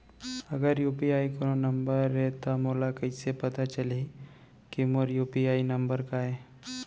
अगर यू.पी.आई कोनो नंबर ये त मोला कइसे पता चलही कि मोर यू.पी.आई नंबर का ये?